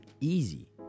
Easy